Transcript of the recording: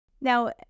Now